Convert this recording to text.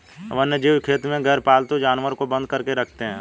वन्यजीव खेती में गैरपालतू जानवर को बंद करके रखते हैं